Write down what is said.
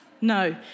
No